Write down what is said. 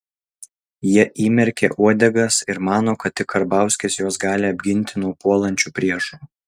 jie įmerkė uodegas ir mano kad tik karbauskis juos gali apginti nuo puolančių priešų